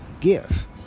give